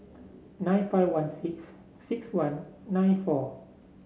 nine five one six six one nine four